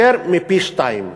יותר מפי-שניים.